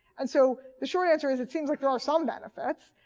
and so the short answer is it seems like there are some benefits.